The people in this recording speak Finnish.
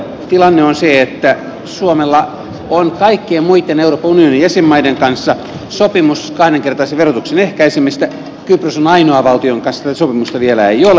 tilanne on se että suomella on kaikkien muitten euroopan unionin jäsenmaiden kanssa sopimus kahdenkertaisen verotuksen ehkäisemisestä ja kypros on ainoa valtio jonka kanssa tätä sopimusta vielä ei ole